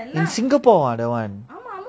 in singapore ah that [one]